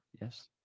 Yes